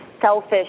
selfish